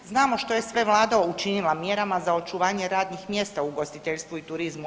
Znamo što je sve vlada učinila mjerama za očuvanje radnih mjesta u ugostiteljstvu i turizmu.